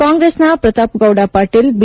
ಕಾಂಗ್ರೆಸ್ನ ಪ್ರತಾಪ್ಗೌಡ ಪಾಟೀಲ್ ಬಿ